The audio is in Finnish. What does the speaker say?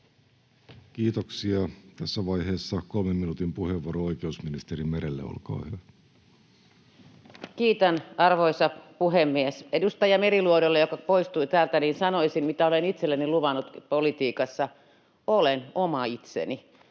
Kiitoksia. — Tässä vaiheessa kolmen minuutin puheenvuoro-oikeus ministeri Merelle, olkaa hyvä. Kiitän, arvoisa puhemies! Edustaja Meriluodolle, joka poistui täältä, sanoisin, mitä olen itselleni luvannut politiikassa: olen oma itseni.